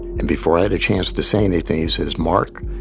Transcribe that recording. and before i had a chance to say anything he says, mark,